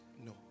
No